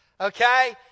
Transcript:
Okay